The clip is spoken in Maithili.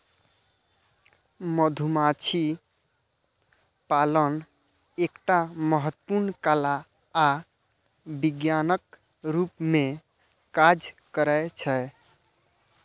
मधुमाछी पालन एकटा महत्वपूर्ण कला आ विज्ञानक रूप मे काज करै छै